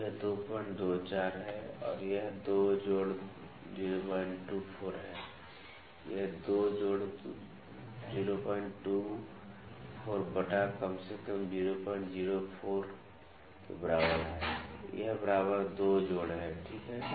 अब यह २२४ है यह २ जोड़ ०२४ है यह २ जोड़ ०२४ बटा कम से कम ००४ के बराबर है यह बराबर २ जोड़ है ठीक है